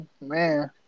Man